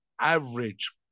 average